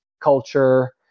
culture